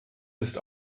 ist